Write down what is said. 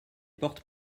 porte